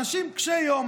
אנשים קשי יום.